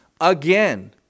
again